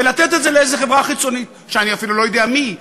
ולתת את זה לאיזו חברה חיצונית שאני אפילו לא יודע מי היא,